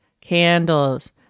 candles